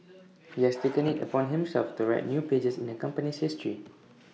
he has taken IT upon himself to write new pages in the company's history